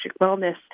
wellness